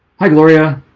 hi, gloria